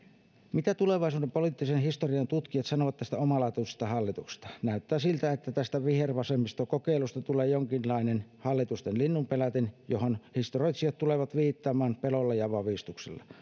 mitä tulevat poliittisen historian tutkijat sanomaan tästä omalaatuisesta hallituksesta näyttää siltä että tästä vihervasemmisto kokeilusta tulee jonkinlainen hallitusten linnunpelätin johon historioitsijat tulevat viittaamaan pelolla ja vavistuksella